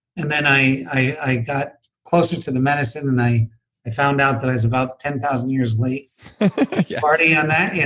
and then i i got closer to the medicine and i i found out that i was about ten thousand years late yeah party on that, yeah